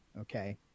okay